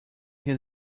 his